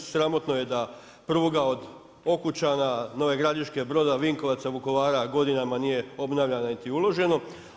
Sramotno je da prvoga od Okučana, Nove Gradiške, Broda, Vinkovaca, Vukovara, godinama nije obnovljeno niti uloženo.